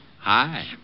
Hi